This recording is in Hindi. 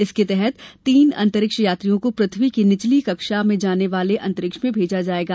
इसके तहत तीन अंतरिक्ष यात्रियों को पृथ्वी की निचली कक्षा वाले अंतरिक्ष में भेजा जायेगा